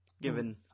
given